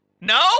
No